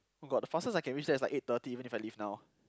oh god the fastest I can reach there is like eight thirty even if I leave now